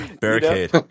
barricade